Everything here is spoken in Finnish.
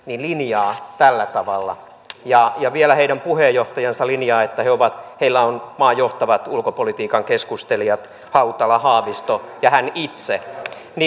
linjaa tällä tavalla ja ja vielä heidän puheenjohtajansa linjaa että heillä on maan johtavat ulkopolitiikan keskustelijat hautala haavisto ja hän itse